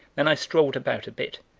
then i strolled about a bit,